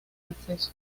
acceso